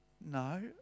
No